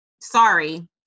sorry